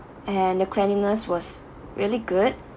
and the cleanliness was really good